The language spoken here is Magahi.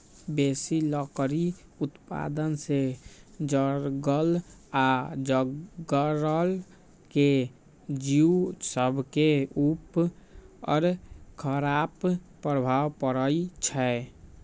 बेशी लकड़ी उत्पादन से जङगल आऽ जङ्गल के जिउ सभके उपर खड़ाप प्रभाव पड़इ छै